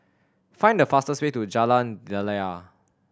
find the fastest way to Jalan Daliah